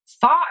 thought